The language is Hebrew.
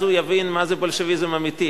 אז הוא יבין מה זה בולשביזם אמיתי.